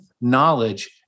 knowledge